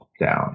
down